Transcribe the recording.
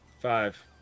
Five